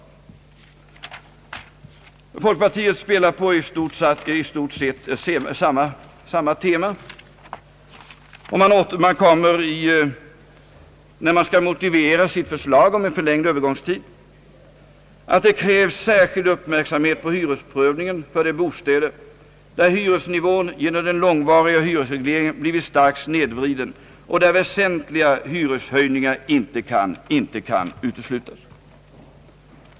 Folkpartiet spelar i stort sett på samma tema. När man skall motivera sitt förslag om en förlängd övergångstid säger man att det krävs särskild uppmärksamhet när det gäller hyresprövningen för bostäder där hyresnivån genom den långvariga hyresregleringen blivit starkt snedvriden och där väsentliga hyreshöjningar inte kan uteslutas.